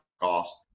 cost